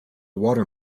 water